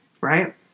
right